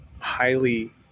highly